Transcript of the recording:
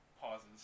pauses